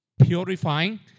purifying